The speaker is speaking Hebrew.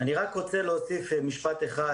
אני רק רוצה להוסיף משפט אחד,